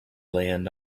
land